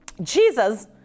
Jesus